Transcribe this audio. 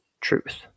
truth